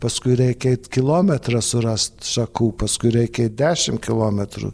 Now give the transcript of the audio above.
paskui reikia eit kilometrą surast šakų paskui reikia eit dešim kilometrų